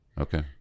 Okay